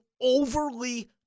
overly